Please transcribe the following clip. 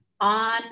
on